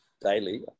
daily